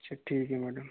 अच्छा ठीक है मैडम